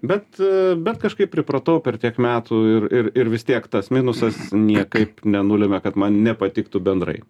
bet bet kažkaip pripratau per tiek metų ir ir ir vis tiek tas minusas niekaip nenulemia kad man nepatiktų bendrai